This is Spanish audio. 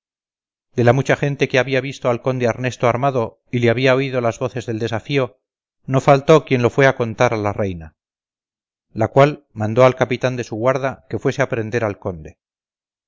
de la mucha gente que había visto al conde arnesto armado y le había oído las voces del desafío no faltó quien lo fue a contar a la reina la cual mandó al capitán de su guarda que fuese a prender al conde